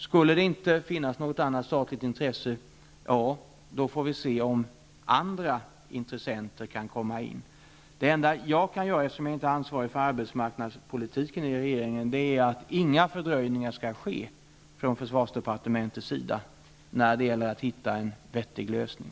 Skulle det inte finnas något annat statligt intresse får vi se om andra intressenter kan komma in. Det enda jag kan göra, eftersom jag inte är ansvarig för arbetsmarknadspolitiken i regeringen, är att se till att inga fördröjningar skall ske från försvarsdepartementets sida när det gäller att hitta en vettig lösning.